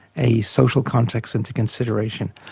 a social context, into consideration.